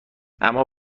اما